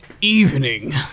Evening